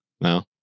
No